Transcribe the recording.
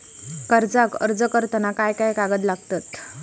कर्जाक अर्ज करताना काय काय कागद लागतत?